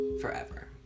forever